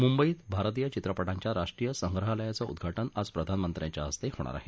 मुंबईत भारतीय चित्रपटांच्या राष्ट्रीय संग्रहालयाचं उद्घाटन आज प्रधानमंत्र्यांच्या हस्ते होणार आहे